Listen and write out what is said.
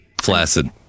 flaccid